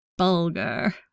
bulgur